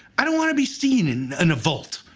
i don't want to be seen in and a volt.